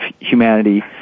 humanity